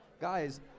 Guys